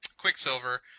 Quicksilver